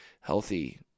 healthy